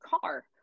car